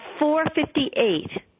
4.58